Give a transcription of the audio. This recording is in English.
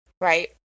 right